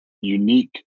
unique